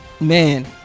man